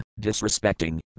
disrespecting